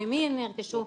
ממי הם נרכשו.